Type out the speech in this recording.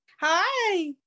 Hi